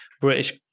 British